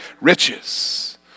riches